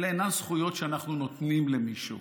אלה אינן זכויות שאנחנו נותנים למישהו,